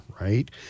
right